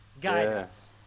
Guidance